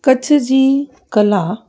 कच्छ जी कला